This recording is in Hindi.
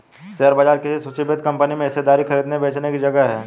शेयर बाजार किसी सूचीबद्ध कंपनी में हिस्सेदारी खरीदने बेचने की जगह है